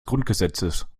grundgesetzes